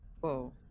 Whoa